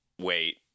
wait